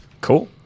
cool